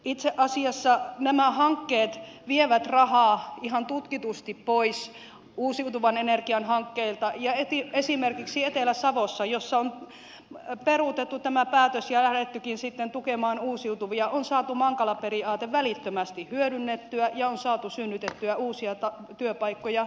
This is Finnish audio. itse asiassa nämä hankkeet vievät rahaa ihan tutkitusti pois uusiutuvan energian hankkeilta ja esimerkiksi etelä savossa jossa on peruutettu tämä päätös ja lähdettykin sitten tukemaan uusiutuvia on saatu mankala periaate välittömästi hyödynnettyä ja on saatu synnytettyä uusia työpaikkoja nyt ja tässä